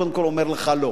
קודם כול הוא אומר לך "לא",